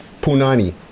Punani